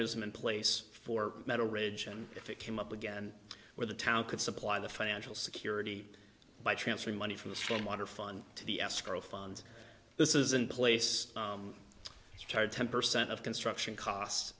mechanism in place for metal ridge and if it came up again where the town could supply the financial security by transferring money from the same water fun to the escrow fund this is in place charge ten percent of construction cost